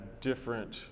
different